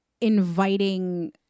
inviting